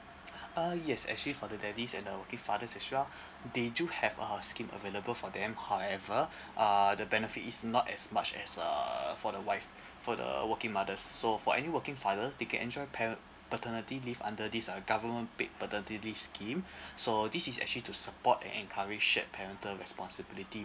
uh yes actually for the daddies and the working fathers as well they do have uh scheme available for them however uh the benefit is not as much as uh for the wife for the working mother so for any working father they can enjoy pa~ paternity leave under this uh government paid paternity leave scheme so this is actually to support and encourage shared parental responsibility